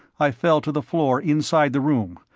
i fell to the floor inside the room,